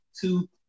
two